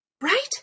Right